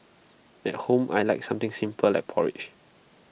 at home I Like something simple like porridge